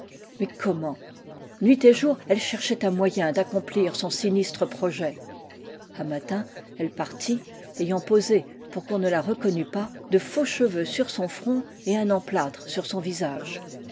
mais j omment nuit et jour elle cherchait un moyen raccomplir son sinistre projet un matin elle partit ayant posé pour qu'on ne la reconnût pas de faux cheveux sur son front et un emplâtre sur son visage